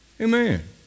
Amen